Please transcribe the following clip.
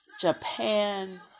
Japan